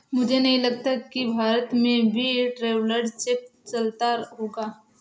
मुझे नहीं लगता कि भारत में भी ट्रैवलर्स चेक चलता होगा